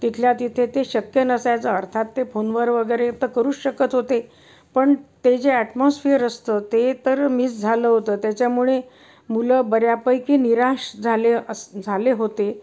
तिथल्या तिथे ते शक्य नसायचा अर्थात ते फोनवर वगैरे तर करू शकत होते पण ते जे ॲटमॉस्फियर असतं ते तर मिस झालं होतं त्याच्यामुळे मुलं बऱ्यापैकी निराश झाले असं झाले होते